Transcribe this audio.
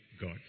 God